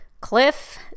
Cliff